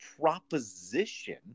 proposition